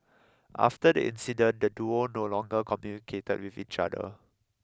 after the incident the duo no longer communicated with each other